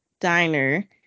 Diner